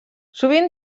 sovint